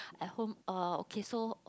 at home uh okay so